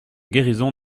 guérison